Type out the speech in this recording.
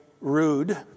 rude